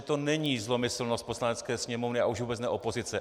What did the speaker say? To není zlomyslnost Poslanecké sněmovny a už vůbec ne opozice.